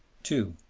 to,